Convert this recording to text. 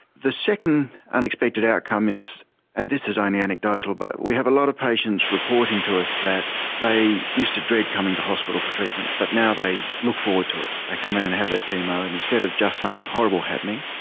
the second unexpected outcome is and this is only um anecdotal but we have a lot of patients reporting to us that they used to dread coming to hospital for treatment but now they look forward to it. they come in and have their chemo and instead of just something horrible happening,